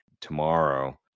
tomorrow